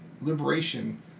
liberation